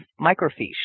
microfiche